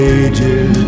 ages